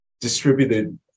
distributed